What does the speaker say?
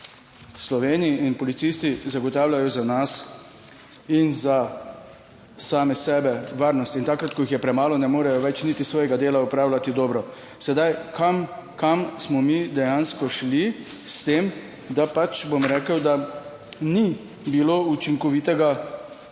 Sloveniji in policisti zagotavljajo za nas in za same sebe, varnost in takrat, ko jih je premalo, ne morejo več niti svojega dela opravljati dobro. Sedaj, kam, kam smo mi dejansko šli s tem, da pač, bom rekel, da ni bilo učinkovitega prijema